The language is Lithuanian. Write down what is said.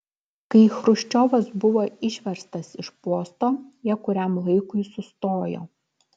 kai chruščiovas buvo išverstas iš posto jie kuriam laikui sustojo